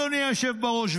אדוני היושב בראש,